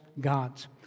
gods